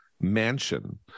mansion